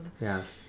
yes